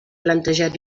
plantejat